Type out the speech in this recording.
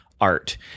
art